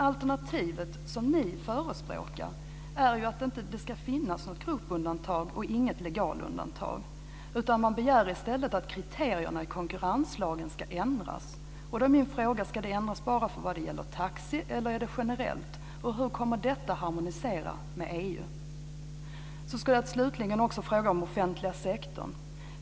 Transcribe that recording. Alternativet som ni förespråkar är att det inte ska finnas något gruppundantag eller något legalundantag. Man begär i stället att kriterierna i konkurrenslagen ska ändras. Då är min fråga om de ska ändras bara vad det gäller taxi eller om det är generellt. Hur kommer detta att harmonisera med EU? Jag ska slutligen också fråga om offentliga sektorn.